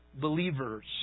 believers